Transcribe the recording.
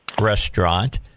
restaurant